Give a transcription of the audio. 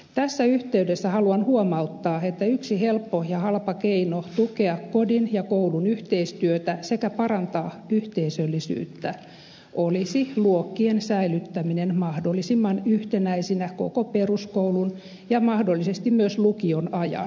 tässä yhteydessä haluan huomauttaa että yksi helppo ja halpa keino tukea kodin ja koulun yhteistyötä sekä parantaa yhteisöllisyyttä olisi luokkien säilyttäminen mahdollisimman yhtenäisinä koko peruskoulun ja mahdollisesti myös lukion ajan